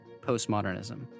postmodernism